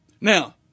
Now